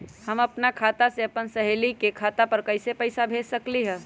हम अपना खाता से अपन सहेली के खाता पर कइसे पैसा भेज सकली ह?